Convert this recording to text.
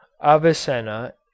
Avicenna